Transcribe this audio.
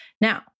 Now